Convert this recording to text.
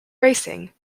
racing